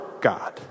God